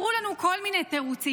אמרו לנו כל מיני תירוצים,